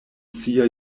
sia